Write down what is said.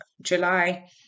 July